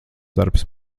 darbs